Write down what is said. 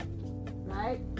right